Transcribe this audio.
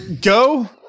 go